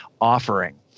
offering